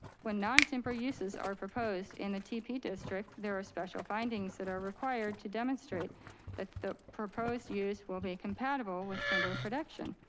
when non-temporary uses are proposed in the tp district, there are special findings that are required to demonstrate that the proposed use will be compatible with timber production.